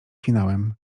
finałem